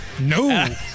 No